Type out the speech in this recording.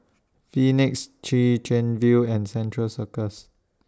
Phoenix Chwee Chian View and Central Circus